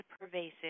pervasive